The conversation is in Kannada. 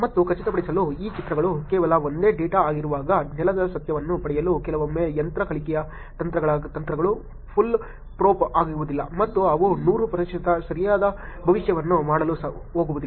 ಮತ್ತು ಖಚಿತಪಡಿಸಲು ಈ ಚಿತ್ರಗಳು ಕೇವಲ ಒಂದೇ ಡೇಟಾ ಆಗಿರುವಾಗ ನೆಲದ ಸತ್ಯವನ್ನು ಪಡೆಯಲು ಕೆಲವೊಮ್ಮೆ ಯಂತ್ರ ಕಲಿಕೆಯ ತಂತ್ರಗಳ ತಂತ್ರಗಳು ಫೂಲ್ ಪ್ರೂಫ್ ಆಗುವುದಿಲ್ಲ ಮತ್ತು ಅವು 100 ಪ್ರತಿಶತ ಸರಿಯಾದ ಭವಿಷ್ಯವನ್ನು ಮಾಡಲು ಹೋಗುವುದಿಲ್ಲ